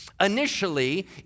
Initially